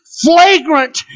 flagrant